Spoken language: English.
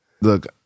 look